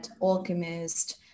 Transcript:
Alchemist